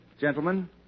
Gentlemen